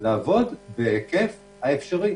לעבוד בהיקף האפשרי,